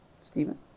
Stephen